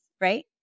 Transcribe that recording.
right